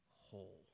whole